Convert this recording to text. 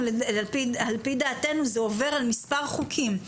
על פי דעתנו זה עובר על מספר חוקים.